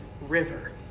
river